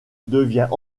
devient